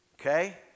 Okay